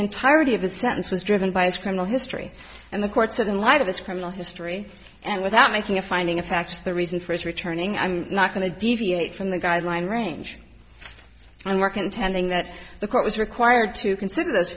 entirety of the sentence was driven by his criminal history and the court said in light of this criminal history and without making a finding of fact the reason for his returning i'm not going to deviate from the guideline range and we're contending that the court was required to consider those